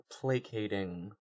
placating